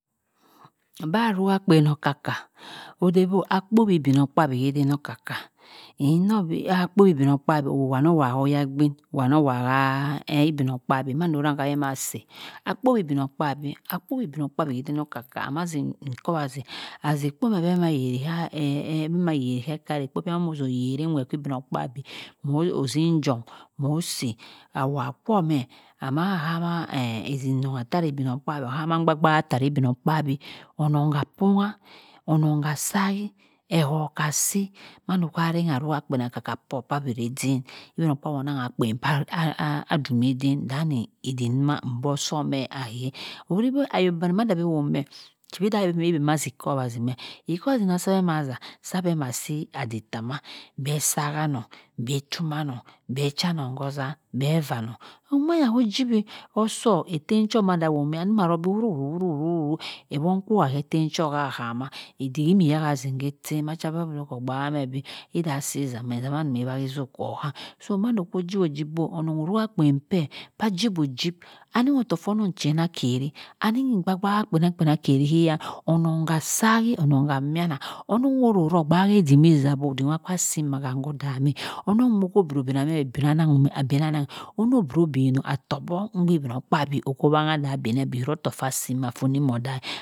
Mba arua kpien oka ka odey bo akpowi igbmogkpubi eden oka ka inoh bi akpowi igbmogkabi owoh wani owah oyagbin owoh wani owoh ka igbmogkpubi mando rang abeh ma seh akpowi igbmogkpubi akpowi eden oka ka amanzi ikowaszi azeh ekpo ah beh ma yeri heyaeh eh abeh ma yen ke kara amah zokyeringhwe ki igbmogkpabi moh ozinjo moh si, awah kwo meh amah hama ezimnoogha tara igbmogkpabi oh ama mgba gba ha tari igbmogkpabi onong ha kpongha onong ha sai ehoh ka si manda sa rua akpien soh ka wireden igbmogkpabi onangha a kpien ah dumeh eden anni iddik mah- agbor suh here ah hey, ohuru bi ayon bani abeh a woh meh thuidah abeh am me mbi beh zikowazi meh ikowazi ka beh amah za sa beh ama si addi tama beh saha anong beh tuma anong bhe cha anong ko ozam beh vah anong onong manya ho jiwi oson etem cho maza wome am ah roh bo wuru wuru wuru ewhom khowa katena chọ ahama iddik imi yaha zim matem macha bible okoh gbahahe bi iddha si zammah izammah ẹ whaha izuk kwo ha so mando kho jiwo jib bho onong orua kpen che kpa jiwo jib ani ottoh foh onong chien akheri ani igba gba ha chien akheri hẹ yan onong ha sahi onong ha miana onong ororoh b gbahe iddik mi zi zi ha bo oddihk mha kwa si mha kam hohaeh onong okho binah, binahe nanghumeh onbro obheno uttohk buk anaanghi igbmogkpabi okho manghe bi khiro ttohk fha si ma phe onimo dami